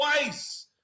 twice